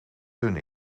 dun